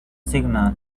signal